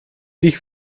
dich